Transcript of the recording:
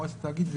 מועצת התאגיד,